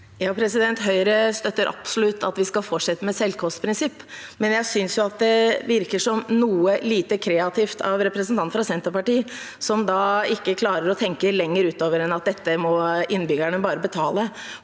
Høyre støtter absolutt at vi skal fortsette med selvkostprinsippet. Men jeg synes det virker noe lite kreativt av representanten fra Senterpartiet når hun ikke klarer å tenke lenger utover enn at dette må innbyggerne bare betale.